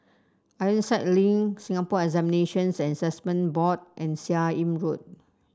Ironside Link Singapore Examinations and Assessment Board and Seah Im Road